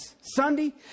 Sunday